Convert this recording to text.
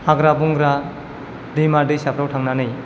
हाग्रा बंग्रा दैमा दैसाफ्राव थांनानै